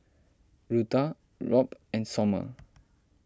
Rutha Robb and Sommer